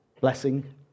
blessing